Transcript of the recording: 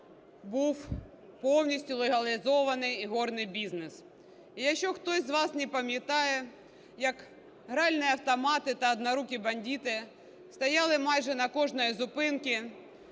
був повністю легалізований ігорний бізнес. І якщо хтось з вас не пам’ятає, як гральні автомати та "однорукі бандити" стояли майже на кожній зупинці,